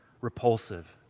repulsive